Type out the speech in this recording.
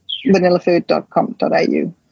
vanillafood.com.au